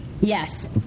Yes